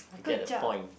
I get the point